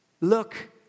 look